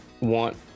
want